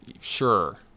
Sure